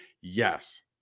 Yes